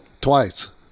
twice